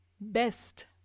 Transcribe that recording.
Best